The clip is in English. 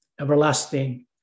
Everlasting